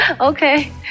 Okay